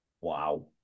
wow